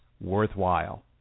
worthwhile